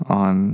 on